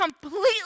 completely